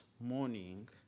morning